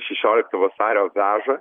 šešiolikta vasario veža